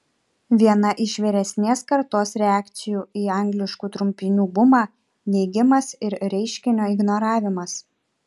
viena iš vyresnės kartos reakcijų į angliškų trumpinių bumą neigimas ir reiškinio ignoravimas